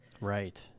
Right